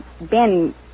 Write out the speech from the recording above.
Ben